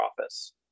office